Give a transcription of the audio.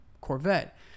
Corvette